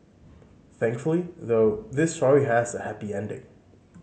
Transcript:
thankfully though this story has a happy ending